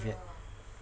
yet